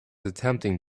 attempting